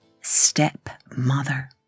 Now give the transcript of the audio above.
Stepmother